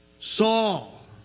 Saul